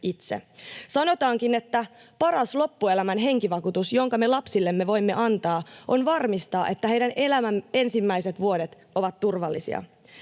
itse. Sanotaankin, että paras loppuelämän henkivakuutus, jonka me lapsillemme voimme antaa, on varmistaa, että heidän elämänsä ensimmäiset vuodet ovat turvallisia.